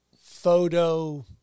photo